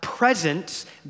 presence